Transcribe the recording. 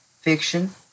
fiction